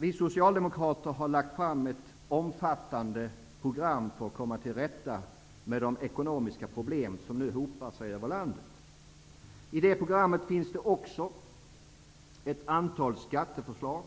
Vi socialdemokrater har lagt fram ett omfattande program för att komma till rätta med de ekonomiska problem som nu hopar sig över landet. I det programmet finns det också ett antal skatteförslag.